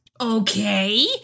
okay